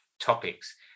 topics